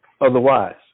otherwise